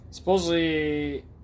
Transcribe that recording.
Supposedly